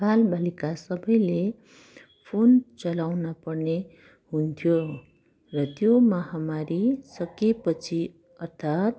बालबालिका सबैले फोन चलाउन पर्ने हुन्थ्यो र त्यो महामारी सकिए पछि अर्थात्